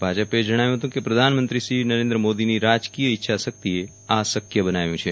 ભાજપે જણાવ્યું કે પ્રધાનમંત્રીશ્રી નરેન્દ્ર મોદીની રાજકીય ઇચ્છા શક્તિએ આ શક્ય બનાવ્યું છે